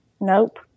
Nope